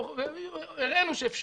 הראינו שאפשר.